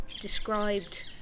described